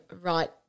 right